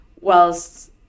whilst